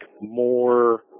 more